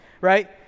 right